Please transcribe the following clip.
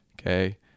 Okay